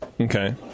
Okay